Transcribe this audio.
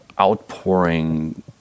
outpouring